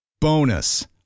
Bonus